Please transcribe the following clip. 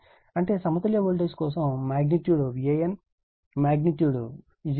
అంటే సమతుల్య వోల్టేజ్ కోసం magnitude Van magnitude Vbn magnitude Vcn